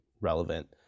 relevant